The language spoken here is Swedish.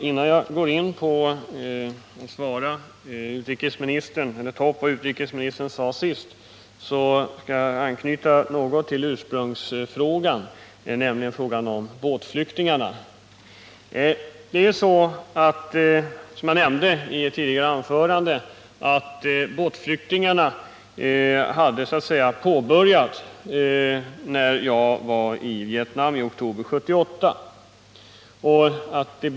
Herr talman! Innan jag tar upp vad utrikesministern nu senast sade vill jag återknyta något till den ursprungliga frågan, nämligen frågan om båtflyktingarna. Som jag nämnde i ett tidigare anförande hade båtflykten påbörjats redan när jag var i Vietnam i oktober 1978.